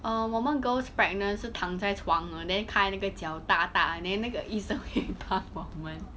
uh 我们 girls pregnant 是躺在床的 then 开那个脚大大 then 那个医生会帮我们